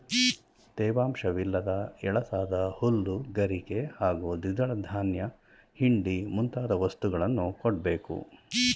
ತೇವಾಂಶವಿಲ್ಲದ ಎಳಸಾದ ಹುಲ್ಲು ಗರಿಕೆ ಹಾಗೂ ದ್ವಿದಳ ಧಾನ್ಯ ಹಿಂಡಿ ಮುಂತಾದ ವಸ್ತುಗಳನ್ನು ಕೊಡ್ಬೇಕು